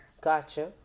Gotcha